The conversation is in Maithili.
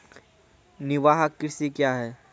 निवाहक कृषि क्या हैं?